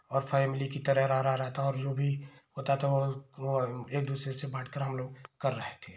और फैमिली की तरह रह रहा था और जो भी होता था वो एक एक दूसरे से बाँट कर हम लोग कर रहे थे